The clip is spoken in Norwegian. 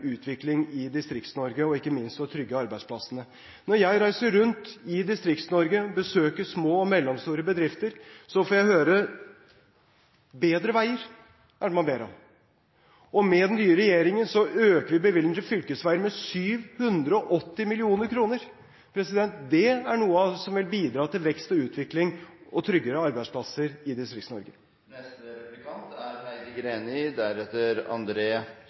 utvikling i Distrikts-Norge, ikke minst for å trygge arbeidsplassene. Når jeg reiser rundt i Distrikts-Norge og besøker små og mellomstore bedrifter, får jeg høre at det man ber om, er bedre veier. Med den nye regjeringen økes bevilgningene til fylkesveier med 780 mill. kr. Det er noe som vil bidra til vekst og utvikling og tryggere arbeidsplasser i